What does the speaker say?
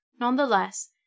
Nonetheless